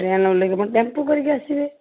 ଟ୍ରେନରୁ ଓହ୍ଲାଇକି ଆପଣ ଟେମ୍ପୁ କରିକି ଆସିବେ